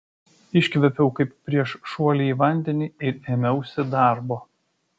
iškvėpiau kaip prieš šuolį į vandenį ir ėmiausi darbo